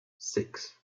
six